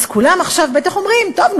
אז עכשיו כולם בטח אומרים: טוב,